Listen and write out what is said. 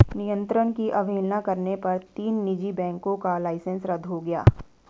नियंत्रण की अवहेलना करने पर तीन निजी बैंकों का लाइसेंस रद्द हो गया